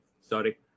Sorry